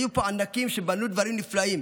היו פה ענקים שבנו דברים נפלאים,